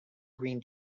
green